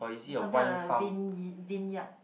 something like a vin~ vineyard